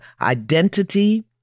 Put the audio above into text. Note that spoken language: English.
identity